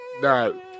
no